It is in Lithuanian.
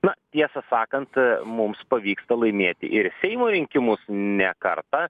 na tiesą sakant mums pavyksta laimėti ir seimo rinkimus ne kartą